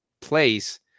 place